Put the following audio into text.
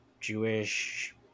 Jewish